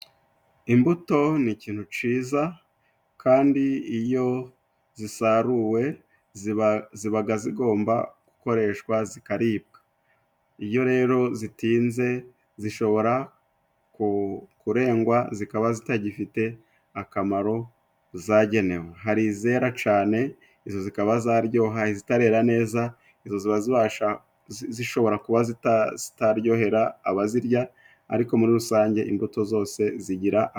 Imbuto ni ikintu ciza, kandi iyo zisaruwe zibaga zigomba gukoreshwa zikaribwa. Iyo rero zitinze zishobora kurengwa zikaba zitagifite akamaro zagenewe. Hari izera cane izo zikaba zaryoha izitarera neza izo ziba zibasha kuba zishobora kuba zitaryohera abazirya, ariko muri rusange imbuto zose zigira...